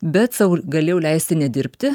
bet sau galėjau leisti nedirbti